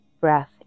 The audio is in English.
breath